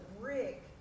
brick